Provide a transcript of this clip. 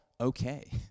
okay